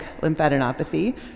lymphadenopathy